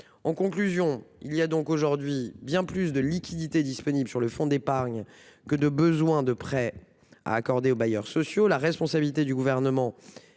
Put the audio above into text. En résumé, il existe aujourd'hui bien plus de liquidités disponibles sur le fonds d'épargne que de besoins de prêts à accorder aux bailleurs sociaux. La responsabilité du Gouvernement est